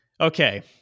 Okay